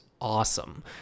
awesome